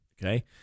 Okay